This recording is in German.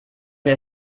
der